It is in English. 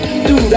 Dude